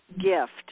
gift